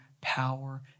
power